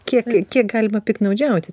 kiek kiek galima piktnaudžiauti